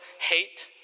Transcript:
hate